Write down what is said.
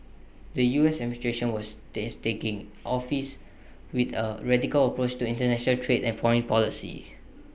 the U S administration was dace taking office with A radical approach to International trade and foreign policy